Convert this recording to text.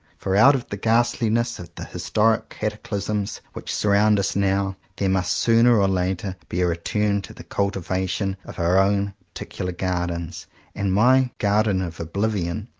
for out of the ghastliness of the historic cataclysms which surround us now, there must sooner or later be a return to the cultivation of our own particular gardens and my garden of oblivion,